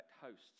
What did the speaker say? hosts